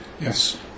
Yes